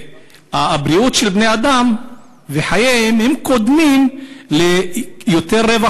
בריאות בני-אדם וחייהם קודמים ליותר רווח